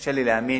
קשה לי להאמין